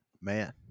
Man